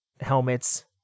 helmets